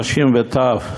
נשים וטף,